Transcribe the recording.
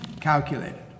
calculated